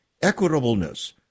equitableness